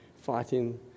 fighting